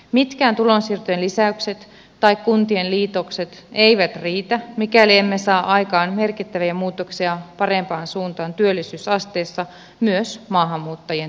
mitkään tulonsiirtojen lisäykset tai kuntien liitokset eivät riitä mikäli emme saa aikaan merkittäviä muutoksia parempaan suuntaan työllisyysasteessa myös maahanmuuttajien työllisyysasteessa